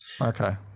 Okay